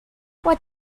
what